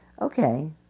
okay